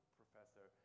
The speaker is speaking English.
professor